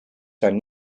zijn